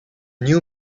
new